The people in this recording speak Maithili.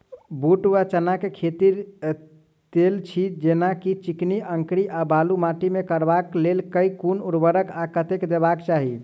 बूट वा चना केँ खेती, तेल छी जेना की चिकनी, अंकरी आ बालू माटि मे करबाक लेल केँ कुन उर्वरक आ कतेक देबाक चाहि?